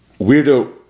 Weirdo